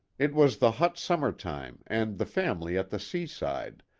it was the hot summer-time and the family at the seaside,